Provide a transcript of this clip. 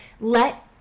let